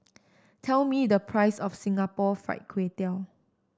tell me the price of Singapore Fried Kway Tiao